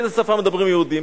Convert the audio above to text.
באיזו שפה מדברים יהודים?